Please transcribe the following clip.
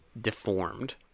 deformed